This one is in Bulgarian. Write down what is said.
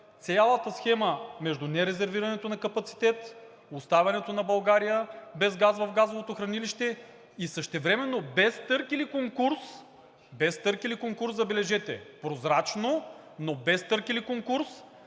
цялата схема между нерезервирането на капацитет, оставянето на България без газ в газовото хранилище и същевременно без търг или конкурс, без търг или конкурс, забележете, прозрачно, но без търг или конкурс